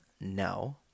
No